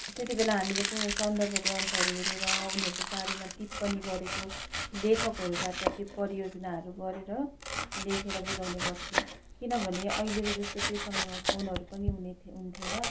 त्यति बेला हामीले कु सन्दर्भ ग्रन्थहरू हेरेर उनीहरूको बारेमा टिप्पणी गरेको लेखकहरूबाट त्यो परियोजनाहरू गरेर लेखेर बुझाउने गर्थेँ किनभने अहिलेको जस्तो त्यो समयमा फोनहरू पनि हुने हुन्थेन